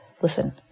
listen